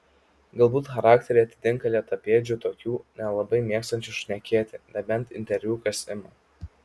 galbūt charakteriai atitinka lėtapėdžių tokių nelabai mėgstančių šnekėti nebent interviu kas ima